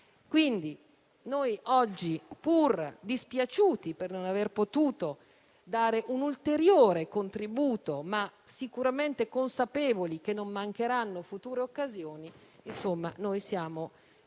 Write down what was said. Quindi, noi oggi, pur dispiaciuti di non aver potuto dare un ulteriore contributo, ma sicuramente consapevoli che non mancheranno future occasioni, siamo contenti